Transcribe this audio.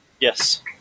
Yes